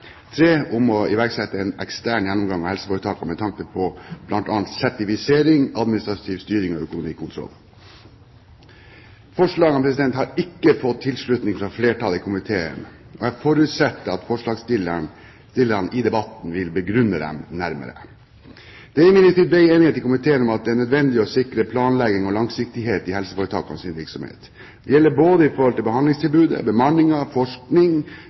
tre forslag: I om å innføre en årlig sykehusproposisjon II om å nedsette en evalueringsgruppe med sikte på å forbedre DRG-systemet III om å iverksette en ekstern gjennomgang av helseforetakene med tanke på bl.a. sertifisering, administrativ styring og økonomikontroll Forslagene har ikke fått tilslutning fra flertallet i komiteen, og jeg forutsetter at forslagsstillerne i debatten vil begrunne dem nærmere. Det er imidlertid bred enighet i komiteen om at det er nødvendig å sikre planlegging og langsiktighet i helseforetakenes virksomhet. Det